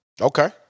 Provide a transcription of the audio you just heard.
Okay